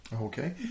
Okay